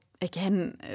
again